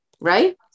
Right